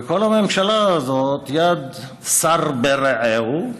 וכל הממשלה הזאת יד שר ברעהו,